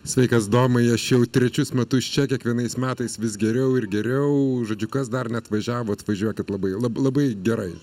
sveikas domai aš jau trečius metus čia kiekvienais metais vis geriau ir geriau žodžiu kas dar neatvažiavo atvažiuokit labai labai gerai